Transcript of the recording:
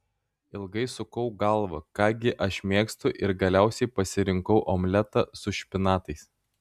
ilgai sukau galvą ką gi aš mėgstu ir galiausiai pasirinkau omletą su špinatais